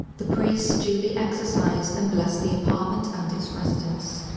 the priest duly exorcised and blessed the apartment and its residents.